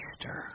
Easter